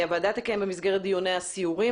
הוועדה תקיים במסגרת דיוניה סיורים